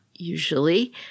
Usually